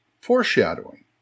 foreshadowing